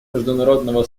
международного